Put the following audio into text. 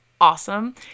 awesome